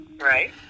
Right